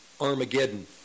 Armageddon